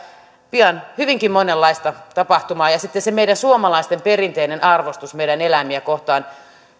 pian hyvinkin monenlaista tapahtumaa ja sitten se meidän suomalaisten perinteinen arvostus meidän eläimiä kohtaan